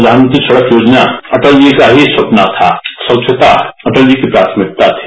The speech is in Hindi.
प्रधानमंत्री सड़क योजना अटल जी का ही सपना था स्वच्छता अटल जी की प्राथमिकता थी